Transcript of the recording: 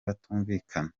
batumvikana